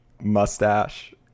mustache